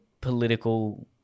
political